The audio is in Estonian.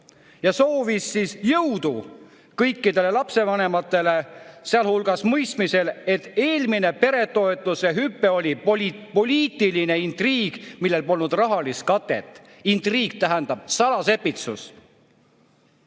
ja soovis jõudu kõikidele lapsevanematele, sealhulgas mõistmisel, et eelmine peretoetuse hüpe oli poliitiline intriig, millel polnud rahalist katet. Intriig tähendab salasepitsust. Ja